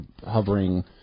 hovering